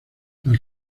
las